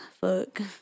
fuck